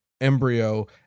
embryo